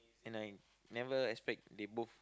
and I never expect they both